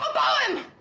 ah poem!